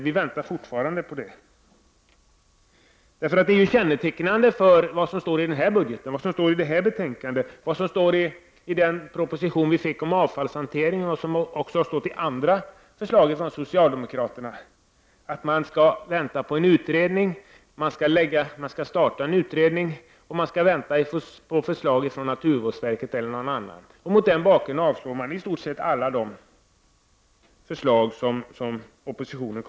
Vi väntar fortfarande på detta. Kännetecknande för vad som står i såväl budgeten och detta betänkande 21 som i den proposition som har lagts fram och som gäller avfallshanteringen och i andra förslag från socialdemokraterna är ju att man skall vänta på en utredning. Man skall alltså starta en utredning. Men man skall också vänta på förslag från naturvårdsverket och andra. Mot den bakgrunden yrkar man avslag på i stort sätt alla förslag från oppositionen.